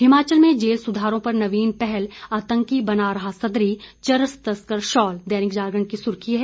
हिमाचल में जेल सुधारों पर नवीन पहल आतंकी बना रहा सदरी चरस तस्कर शॉल दैनिक जागरण की सुर्खी है